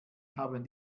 haben